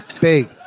big